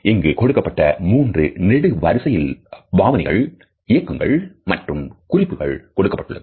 இங்கு கொடுக்கப்பட்ட மூன்று நெடு வரிசைகளில் பாவனைகள் இயக்கங்கள் மற்றும் குறிப்புகள் கொடுக்கப்பட்டுள்ளது